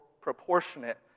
proportionate